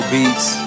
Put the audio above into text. Beats